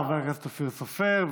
חבר הכנסת אופיר סופר,